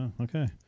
Okay